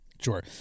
sure